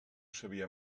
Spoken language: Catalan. sabia